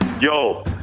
Yo